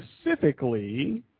specifically